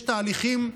יש תהליכים,